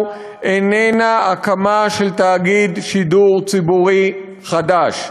איננה הקמה של תאגיד שידור ציבורי חדש.